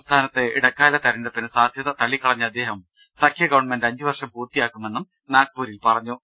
സംസ്ഥാനത്ത് ഇടക്കാല തെരഞ്ഞെടുപ്പിന് സാധൃത തള്ളിക്കളഞ്ഞ അദ്ദേഹം സഖ്യഗവൺമെന്റ് അഞ്ചുവർഷം പൂർത്തിയാക്കുമെന്നും നാഗ്പൂ രിൽ പറഞ്ഞു